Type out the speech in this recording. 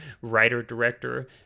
writer-director